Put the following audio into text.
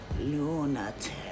lunatic